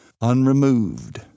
unremoved